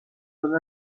well